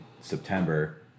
September